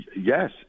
Yes